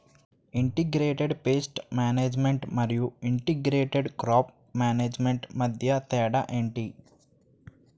integrated pest management మరియు integrated crop management మధ్య తేడా ఏంటి